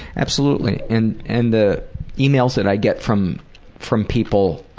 absolutely. and and the emails that i get from from people